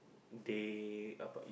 day about your